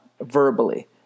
verbally